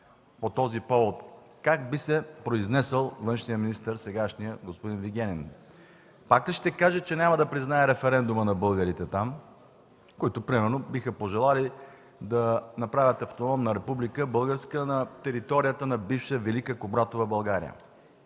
по този повод, как би се произнесъл сегашният външен министър господин Вигенин? Пак ли ще каже, че няма да признае референдума на българите там, които примерно биха пожелали да направят българска автономна република на територията на бивша, велика Кубратова България